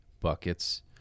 buckets